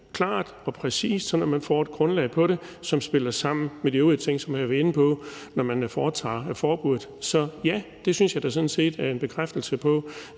klart og præcist, sådan at man får et grundlag, som spiller sammen med de øvrige ting, som vi har været inde på, når man laver forbuddet. Så ja, det synes jeg da sådan set er en bekræftelse på,